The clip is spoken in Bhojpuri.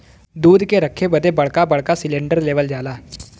दूध के रखे बदे बड़का बड़का सिलेन्डर लेवल जाला